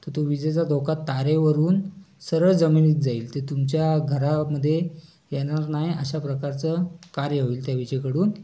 तर तो विजेचा धोका तारेवरून सरळ जमिनीत जाईल ते तुमच्या घरामध्ये येणार नाही अशा प्रकारचं कार्य होईल त्या विजेकडून